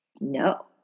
no